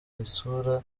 isura